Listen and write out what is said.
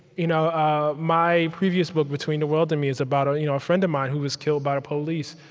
you know ah my previous book, between the world and me, is about ah you know a friend of mine who was killed by the police.